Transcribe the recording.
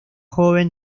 joven